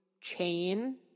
chain